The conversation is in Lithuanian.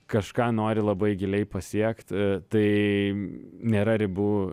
kažką nori labai giliai pasiekt tai nėra ribų